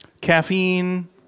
Caffeine